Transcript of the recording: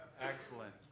Excellent